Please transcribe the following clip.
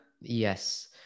yes